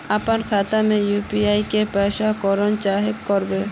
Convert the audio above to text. अपना खाता में यू.पी.आई के पैसा केना जाहा करबे?